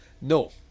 No